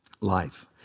life